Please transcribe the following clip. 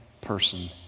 person